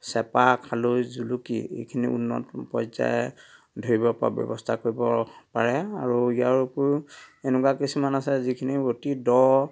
চেপা খালৈ জুলুকী এইখিনি উন্নত পৰ্যায়ৰ ধৰিব পৰা ব্যৱস্থা কৰিব পাৰে আৰু ইয়াৰ উপৰিও এনেকুৱা কিছুমান আছে যিখিনি অতি দ'